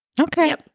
okay